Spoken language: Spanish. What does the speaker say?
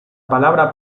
palabra